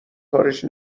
کارش